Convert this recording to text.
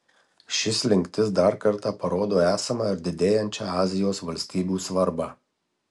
ši slinktis dar kartą parodo esamą ir didėjančią azijos valstybių svarbą